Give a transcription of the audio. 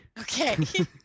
Okay